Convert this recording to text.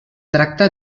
tracta